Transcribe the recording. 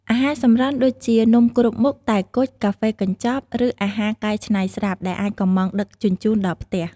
អាហារសម្រន់ដូចជា នំគ្រប់មុខ តែគុជ កាហ្វេកញ្ចប់ ឬអាហារកែច្នៃស្រាប់ ដែលអាចកម្ម៉ង់ដឹកជញ្ជូនដល់ផ្ទះ។